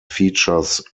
features